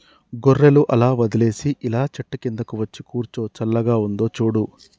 గొర్రెలు అలా వదిలేసి ఇలా చెట్టు కిందకు వచ్చి కూర్చో చల్లగా ఉందో చూడు